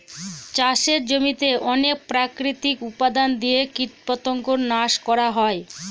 চাষের জমিতে অনেক প্রাকৃতিক উপাদান দিয়ে কীটপতঙ্গ নাশ করা হয়